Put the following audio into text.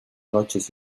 noches